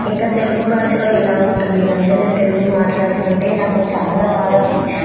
ఇంకా తెలుగు భాషలో ఎలా ఉంటుంది అంటే నేను తెలుగు మాట్లాడుతుంటే నాకు చాలా బాగా